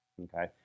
Okay